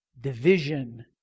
division